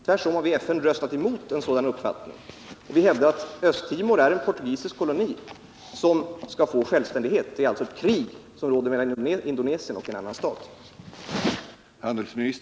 Tvärtom har vi i FN röstat emot en sådan uppfattning. Vi hävdar att Östtimor är en portugisisk koloni som skall få självständighet. Det är alltså ett krig som pågår mellan Indonesien och en annan stat.